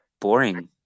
boring